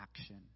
action